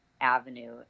avenue